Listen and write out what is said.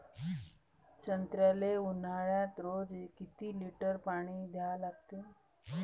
संत्र्याले ऊन्हाळ्यात रोज किती लीटर पानी द्या लागते?